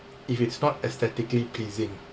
if it's not aesthetically pleasing